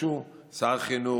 ביקשו שר החינוך,